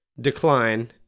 decline